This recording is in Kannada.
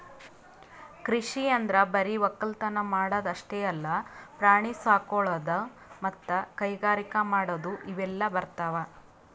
ಕೃಷಿ ಅಂದ್ರ ಬರಿ ವಕ್ಕಲತನ್ ಮಾಡದ್ ಅಷ್ಟೇ ಅಲ್ಲ ಪ್ರಾಣಿ ಸಾಕೊಳದು ಮತ್ತ್ ಕೈಗಾರಿಕ್ ಮಾಡದು ಇವೆಲ್ಲ ಬರ್ತವ್